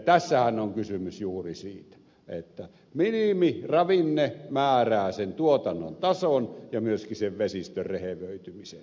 tässähän on kysymys juuri siitä että minimiravinne määrää tuotannon tason ja myöskin vesistön rehevöitymisen